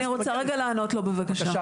אני רוצה רגע לענות לו בבקשה.